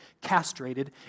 castrated